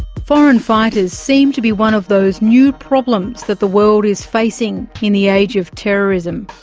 foreign fighters seem to be one of those new problems that the world is facing in the age of terrorism,